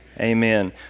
Amen